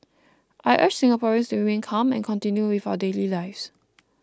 I urge Singaporeans to remain calm and continue with our daily lives